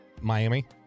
Miami